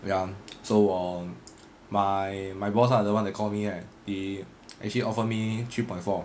ya so 我 my my boss lah the one that called me right he actually offered me three point four